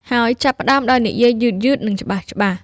ហើយចាប់ផ្តើមដោយនិយាយយឺតៗ និងច្បាស់ៗ។